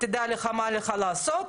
"תדע לך מה עליך לעשות",